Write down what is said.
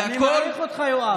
אני מעריך אותך, יואב.